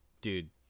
dude